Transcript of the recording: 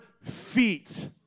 feet